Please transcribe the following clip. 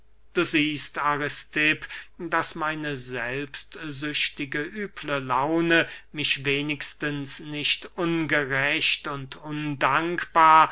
du siehst aristipp daß meine selbstsüchtige üble laune mich wenigstens nicht ungerecht und undankbar